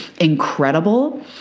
incredible